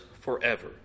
forever